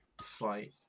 Slight